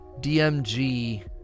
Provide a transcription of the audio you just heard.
DMG